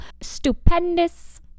stupendous